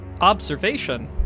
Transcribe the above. Observation